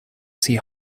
see